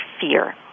fear